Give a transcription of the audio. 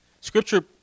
Scripture